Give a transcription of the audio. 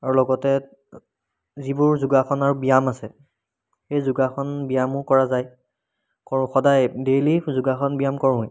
আৰু লগতে যিবোৰ যোগাসন আৰু ব্য়ায়াম আছে সেই যোগাসন ব্য়ায়াম কৰা যায় কৰোঁ সদায় ডেইলী যোগাসন ব্য়ায়াম কৰোঁৱেই